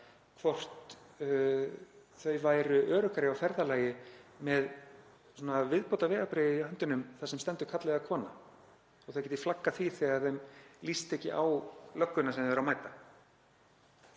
hvort þau væru öruggari á ferðalagi með viðbótarvegabréf í höndunum þar sem stendur „Karl“ eða „Kona“, og þau gætu flaggað því þegar þeim líst ekki á lögguna sem þau mæta.